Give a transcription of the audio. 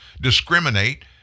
discriminate